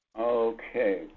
Okay